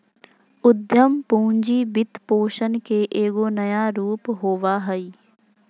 उद्यम पूंजी वित्तपोषण के एगो नया रूप होबा हइ